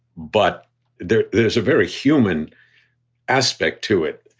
but there's there's a very human aspect to it.